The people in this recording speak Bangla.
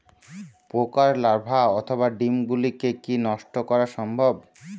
পোকার লার্ভা অথবা ডিম গুলিকে কী নষ্ট করা সম্ভব?